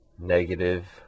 negative